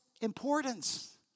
importance